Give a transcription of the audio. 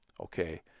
Okay